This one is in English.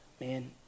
man